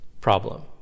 problem